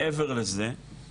מעבר לזה,